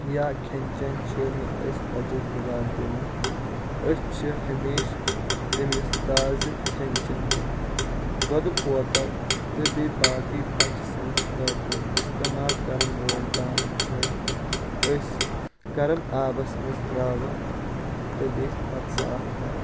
یا کھٮ۪ن چیٚن چھنہٕ أسۍ بچس دُبارٕ دِوان أسۍ چھ ہمیشہٕ تٔمِس تازٕ کھٮ۪ن چیٚن دِوان دۄدٕ بوتل تہٕ بیٚیہِ باقے بچہٕ سٔنٛدِ خأطرٕ اِستمال کرن وألۍ بانہٕ چھ أسۍ گرم آبس منٛز ترٛاوان تہٕ بیٚیہِ پتہٕ صاف کران